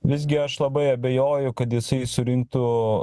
visgi aš labai abejoju kad jisai surinktų